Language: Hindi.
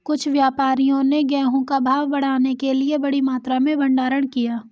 कुछ व्यापारियों ने गेहूं का भाव बढ़ाने के लिए बड़ी मात्रा में भंडारण किया